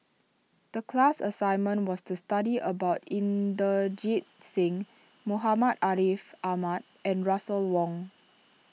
the class assignment was to study about Inderjit Singh Muhammad Ariff Ahmad and Russel Wong